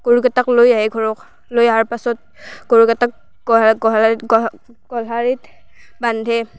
গৰুকেইটাক লৈ আহে ঘৰক লৈ অহাৰ পাছত গৰুকেইটাক গোহালিত বান্ধে